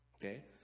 okay